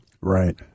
Right